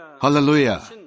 Hallelujah